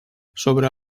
sobre